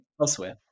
elsewhere